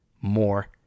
more